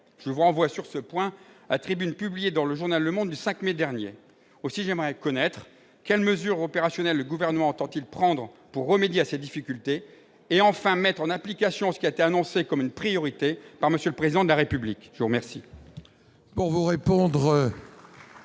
Je vous renvoie sur ce point à la tribune publiée dans du 5 mai dernier. Aussi, j'aimerais connaître quelles mesures opérationnelles le Gouvernement entend prendre pour remédier à ces difficultés et enfin mettre en application ce qui a été annoncé comme une priorité par M. le Président de la République. La parole